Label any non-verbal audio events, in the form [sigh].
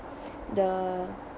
[noise] the